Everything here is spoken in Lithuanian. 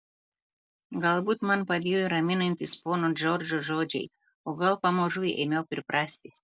galbūt man padėjo raminantys pono džordžo žodžiai o gal pamažu ėmiau priprasti